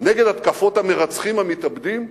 נגד התקפות המרצחים המתאבדים,